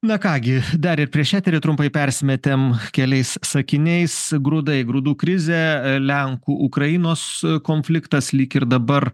na ką gi dar ir prieš eterį trumpai persimetėm keliais sakiniais grūdai grūdų krizė lenkų ukrainos konfliktas lyg ir dabar